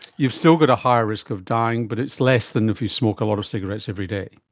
you've still got a higher risk of dying but it's less than if you smoke a lot of cigarettes every day.